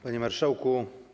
Panie Marszałku!